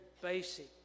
basic